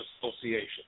Association